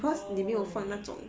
oh